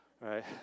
right